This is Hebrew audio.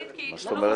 מה זאת אומרת?